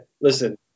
listen